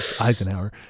Eisenhower